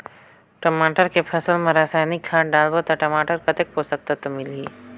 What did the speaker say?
टमाटर के फसल मा रसायनिक खाद डालबो ता टमाटर कतेक पोषक तत्व मिलही?